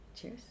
cheers